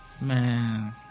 man